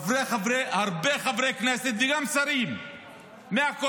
הרבה חברי כנסת וגם שרים מהקואליציה,